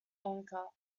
anchor